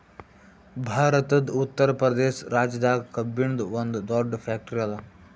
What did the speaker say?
ಭಾರತದ್ ಉತ್ತರ್ ಪ್ರದೇಶ್ ರಾಜ್ಯದಾಗ್ ಕಬ್ಬಿನ್ದ್ ಒಂದ್ ದೊಡ್ಡ್ ಫ್ಯಾಕ್ಟರಿ ಅದಾ